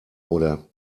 oder